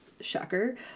Shocker